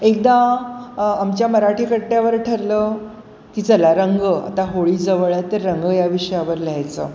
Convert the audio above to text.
एकदा आमच्या मराठी कट्ट्यावर ठरलं की चला रंग आता होळी जवळ आहे तर रंग या विषयावर लहायचं